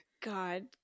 God